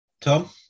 Tom